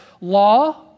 law